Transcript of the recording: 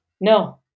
No